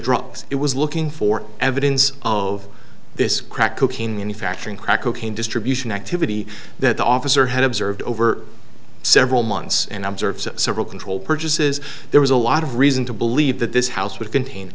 drugs it was looking for evidence of this crack cocaine manufacturing crack cocaine distribution activity that the officer had observed over several months and i'm served several control purchases there was a lot of reason to believe that this house would contain